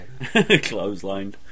Clotheslined